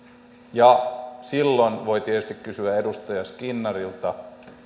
ja silloin voi tietysti kysyä edustaja skinnarilta